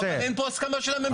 אבל אין פה הסכמה של הממשלה.